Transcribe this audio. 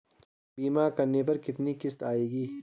बीमा करने पर कितनी किश्त आएगी?